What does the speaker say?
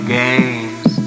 games